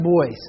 boys